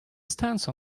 stance